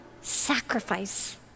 sacrifice